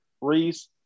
Reese